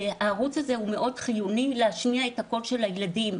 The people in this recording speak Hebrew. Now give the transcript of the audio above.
הערוץ הזה הוא מאוד חיוני להשמיע את הקול של הילדים.